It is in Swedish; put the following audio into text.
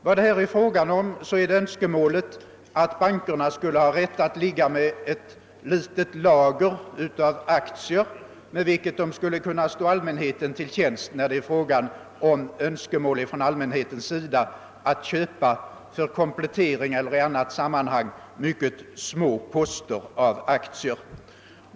Vad det här är fråga om är önskemålet att bankerna skulle ha rätt att ligga med ett litet lager av aktier, med vilket de skulle kunna stå allmänheten till tjänst när det gäller att för komplettering eller i annat sammanhang köpa enstaka aktier.